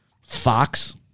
Fox